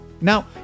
Now